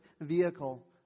vehicle